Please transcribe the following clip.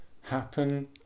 happen